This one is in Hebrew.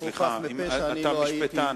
שהוא חף מפשע לא הייתי, יכול להיות, אתה משפטן.